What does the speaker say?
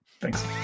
thanks